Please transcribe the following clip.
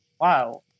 wow